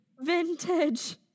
Vintage